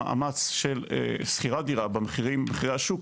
מאמץ שכירת הדירה במחירי השוק,